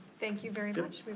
thank you very much.